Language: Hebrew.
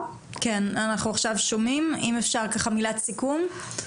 אם אפשר מילת סיכום.